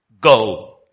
Go